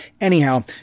Anyhow